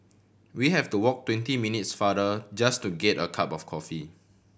we have to walk twenty minutes farther just to get a cup of coffee